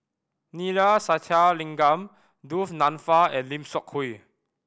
Neila Sathyalingam Du Nanfa and Lim Seok Hui